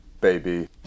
baby